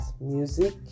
Music